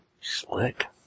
slick